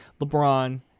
LeBron